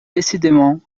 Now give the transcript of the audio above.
décidément